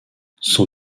sont